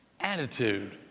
attitude